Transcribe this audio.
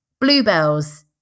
Bluebells